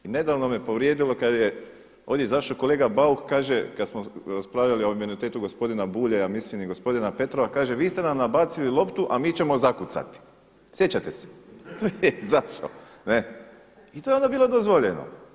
I nedavno me povrijedilo kada je ovdje izašao kolega Bauk, kaže kada smo raspravljali o imunitetu gospodina Bulja, ja smilim i gospodina Petrova, kaže vi ste nam nabacili loptu, a mi ćemo zakucati, sjećate se, … i to je onda bilo dozvoljeno.